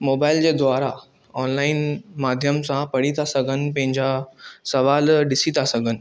mobile जे द्वारां online माध्यम सां पढ़ी था सघनि पंहिंजा सुवाल ॾिसी था सघनि